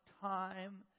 time